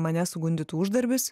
mane sugundytų uždarbis